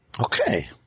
Okay